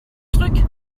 truc